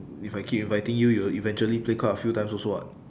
if I keep inviting you you'll eventually play quite a few times also what